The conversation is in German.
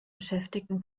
beschäftigten